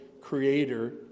creator